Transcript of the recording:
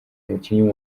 umukinnyi